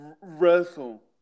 wrestle